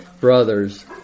brothers